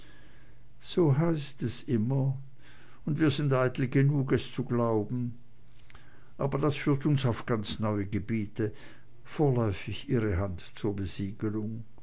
so heißt es immer und wir sind eitel genug es zu glauben aber das führt uns auf ganz neue gebiete vorläufig ihre hand zur besieglung